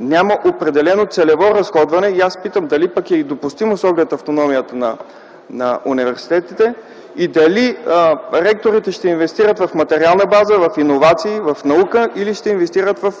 няма определено целево разходване. Аз питам: допустимо ли е това с оглед автономията на университетите? И дали ректорите ще инвестират в материалната база, в иновации, в наука, или ще инвестират в